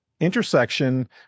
intersection